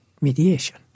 mediation